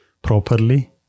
properly